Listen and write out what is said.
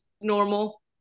normal